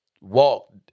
Walk